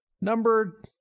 number